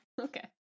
Okay